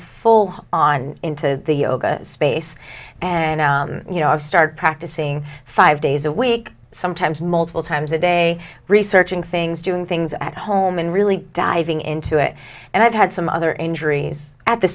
full on into the yoga space and you know i've started practicing five days a week sometimes multiple times a day researching things doing things at home and really diving into it and i've had some other injuries at the